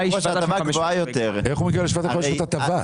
היא 7,500. איך הוא מגיע ל-7,500 ₪ הטבה?